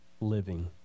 living